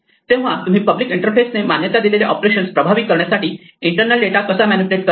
तेव्हा तुम्ही पब्लिक इंटरफेसने मान्यता दिलेले ऑपरेशन्स प्रभावी करण्यासाठी इंटरनल डेटा कसा मॅनिप्युलेट करणार